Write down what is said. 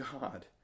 God